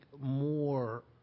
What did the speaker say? more